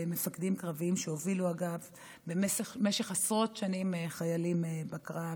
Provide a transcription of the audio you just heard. מפקדים קרביים שהובילו במשך עשרות שנים חיילים בקרב,